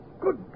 Good